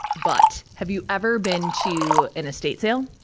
but, have you ever been to an estate sale?